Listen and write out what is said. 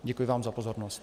Děkuji vám za pozornost.